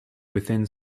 within